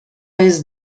jest